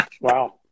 Wow